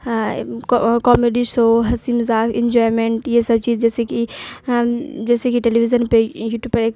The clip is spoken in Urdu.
کامیڈی شو ہنسی مذاک انجوائمنٹ یہ سب چیز جیسے کہ جیسے کہ ٹیلی ویژن پہ یوٹیوب پہ ایک